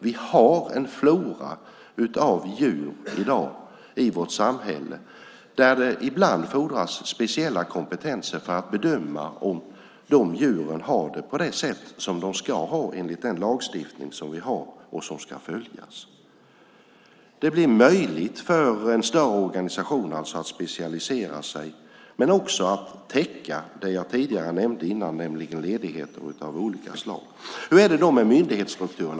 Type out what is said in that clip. Vi har i dag en flora av djur i vårt samhälle där det ibland fordras specialkompetenser för att bedöma om djuren har det som de ska ha enligt den lagstiftning som ska följas. Det blir möjligt för en större organisation att specialisera sig och också att täcka det jag nämnde tidigare, alltså ledigheter av olika slag. Hur är det då med myndighetsstrukturerna?